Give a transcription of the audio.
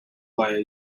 via